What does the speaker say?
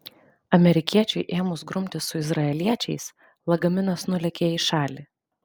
amerikiečiui ėmus grumtis su izraeliečiais lagaminas nulėkė į šalį